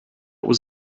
was